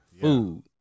food